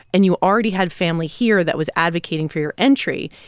and you already had family here that was advocating for your entry,